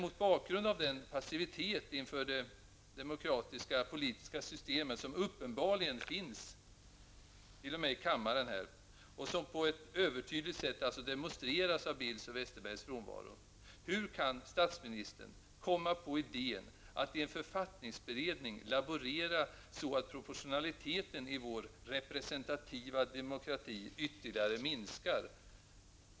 Mot bakgrund av den passivitet inför det demokratiska politiska systemet som uppenbarligen finns, t.o.m. i denna kammare, och som på ett övertydligt sätt demonstreras av Bildts och Westerbergs frånvaro, hur kan statsministern komma på idén att i en författningsberedning laborera så att proportionaliteten i vår representativa demokrati ytterligare minskar?